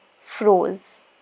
froze